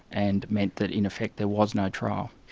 and meant that in effect there was no trial.